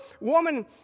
woman